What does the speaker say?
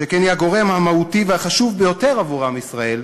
היא הגורם המהותי והחשוב ביותר עבור עם ישראל,